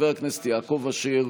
חבר הכנסת יעקב אשר.